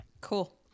Cool